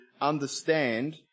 understand